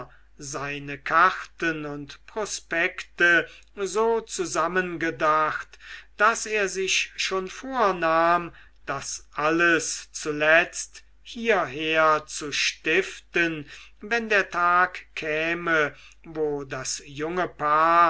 seine karten und prospekte so zusammen gedacht daß er sich schon vornahm das alles zuletzt hierher zu stiften wenn der tag käme wo das junge paar